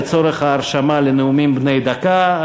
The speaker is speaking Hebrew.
לצורך ההרשמה לנאומים בני דקה,